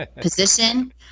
position